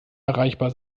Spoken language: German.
erreichbar